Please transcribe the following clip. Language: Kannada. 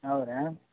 ಹೌದಾ ರೀ